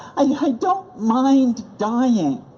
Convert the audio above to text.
i don't mind dying.